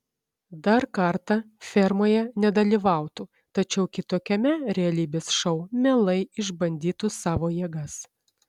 dar kartą fermoje nedalyvautų tačiau kitokiame realybės šou mielai išbandytų savo jėgas